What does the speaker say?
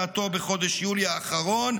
בחוות דעתו בחודש יולי האחרון,